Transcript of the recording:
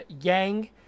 Yang